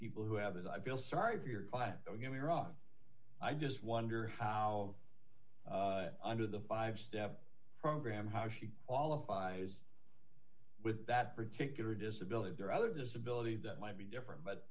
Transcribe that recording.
people who have it i feel sorry for your client don't get me wrong i just wonder how under the five step program how she qualifies with that particular disability or other disability that might be different but